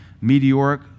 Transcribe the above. meteoric